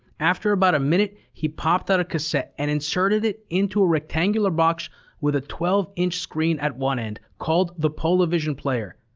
after about a minute, he popped out a cassette and inserted it into a rectangular box with a twelve inch screen at one end, called the polavision player.